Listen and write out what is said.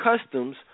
customs